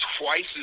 twice